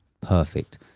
Perfect